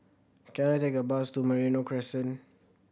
can I take a bus to Merino Crescent